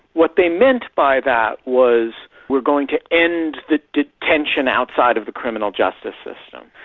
what they meant by that was we're going to end the detention outside of the criminal justice system.